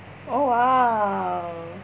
oh !wow!